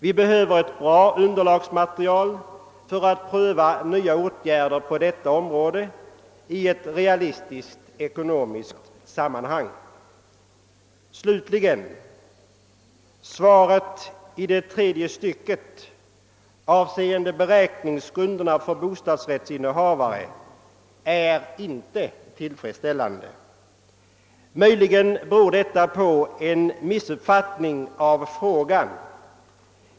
Vi behöver ett bra underlagsmaterial för att pröva nya åtgärder på detta område i ett realistiskt ekonomiskt sammanhang. Slutligen! Svaret är inte tillfredsställande i det sista stycket avseende beräkningsgrunden för bostadsrättsinnehavare. Möjligen beror detta på en missuppfattning av frågan.